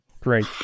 Great